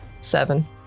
seven